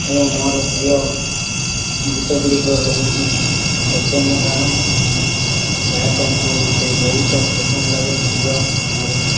ଏବଂ ମୋର ପ୍ରିୟ ଗୀତଗୁଡ଼ିକ ହେଉଛି ତୋତେ ମୋ ରାଣ ଗାୟକଙ୍କୁ ମୋତେ ବହୁତ ପସନ୍ଦ ଲାଗେ ପ୍ରିୟ ମୋର